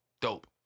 dope